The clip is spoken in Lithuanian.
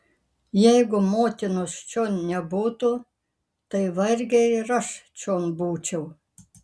jeigu motinos čion nebūtų tai vargiai ir aš čion būčiau